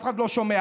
אף אחד לא שומע,